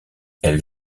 elle